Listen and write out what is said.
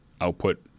output